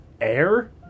Air